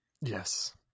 Yes